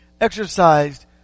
exercised